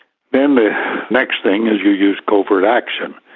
then the next thing is you use covert action.